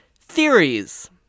theories